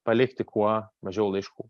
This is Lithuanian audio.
palikti kuo mažiau laiškų